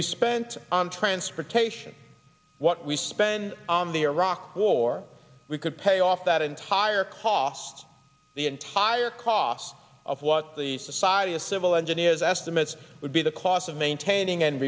we spent on transportation what we spend on the iraq war we could pay off that entire cost the entire cost of what the society of civil engineers estimates would be the cost of maintaining and